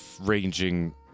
ranging